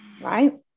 right